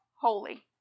holy